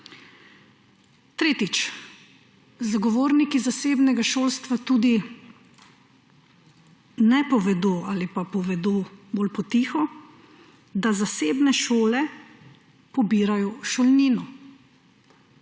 Tretjič, zagovorniki zasebnega šolstva tudi ne povedo ali pa povedo bolj po tiho, da zasebne šole pobirajo šolnino.